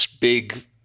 big